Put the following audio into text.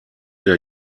der